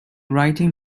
writing